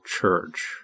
Church